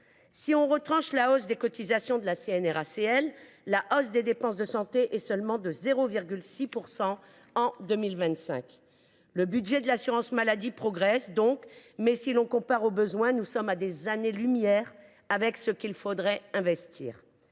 Si l’on retranche la hausse des cotisations de la CNRACL, la hausse des dépenses de santé sera de seulement 0,6 % en 2025. Le budget de l’assurance maladie progresse, donc, mais, si on le compare aux besoins existants, nous sommes à des années lumière de ce qu’il faudrait investir.